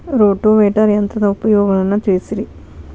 rotavator ಯಂತ್ರದ ಉಪಯೋಗಗಳನ್ನ ತಿಳಿಸಿರಿ